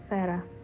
Sarah